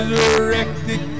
Resurrected